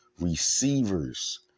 receivers